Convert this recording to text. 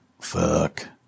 Fuck